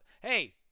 Hey